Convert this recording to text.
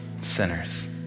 sinners